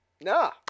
No